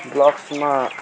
ब्लग्समा